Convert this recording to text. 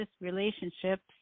relationships